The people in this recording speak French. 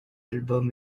album